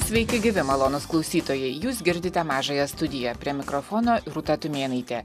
sveiki gyvi malonūs klausytojai jūs girdite mažąją studiją prie mikrofono rūta tumėnaitė